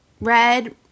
Red